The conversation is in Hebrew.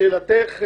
לשאלתך,